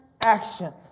action